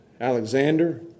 Alexander